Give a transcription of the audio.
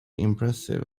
impressive